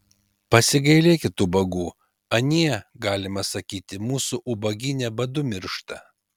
pasigailėkit ubagų anie galima sakyti mūsų ubagyne badu miršta